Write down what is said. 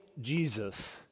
Jesus